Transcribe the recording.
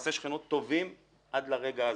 יחסי שכנות טובים עד לרגע הזה,